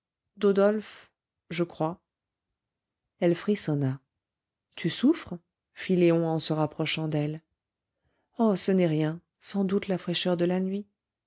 dodolphe je crois elle frissonna tu souffres fit léon en se rapprochant d'elle oh ce n'est rien sans doute la fraîcheur de la nuit